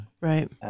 Right